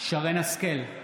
שרן מרים השכל,